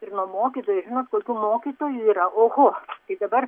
ir nuo mokytojų žinot kokių mokytojų yra oho tai dabar